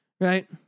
Right